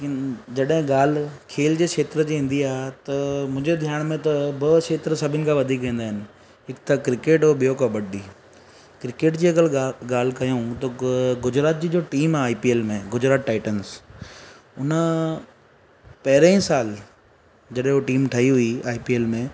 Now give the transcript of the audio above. जॾहिं ॻाल्हि खेल जे क्षेत्र जी ईंदी आहे त मुंहिंजे ध्यान में त ॿ क्षेत्र सभिनि खां वधीक ईंदा आहिनि हिकु त क्रिकेट और ॿियो कबड्डी क्रिकेट जे अगरि ॻा ॻाल्हि कयूं त ग गुजरात जी जो टीम आहे आई पी ऐल में गुजरात टाईटन्स उन पहिरें ई साल जॾहिं उहो टीम ठही हुई आई पी ऐल में